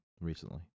recently